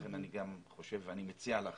לכן אני מציע לך